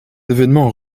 évènements